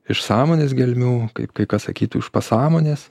iš sąmonės gelmių kaip kai kas sakytų iš pasąmonės